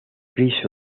chris